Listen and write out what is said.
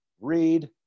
read